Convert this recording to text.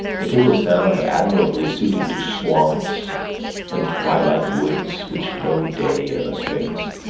it is a sound admirably suited to swamps and twilight woods which no day illustrates,